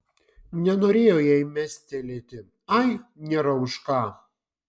nenorėjo jai mestelėti ai nėra už ką